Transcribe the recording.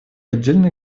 отдельные